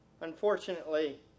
unfortunately